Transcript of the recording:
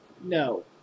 No